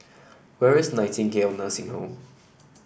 where is Nightingale Nursing Home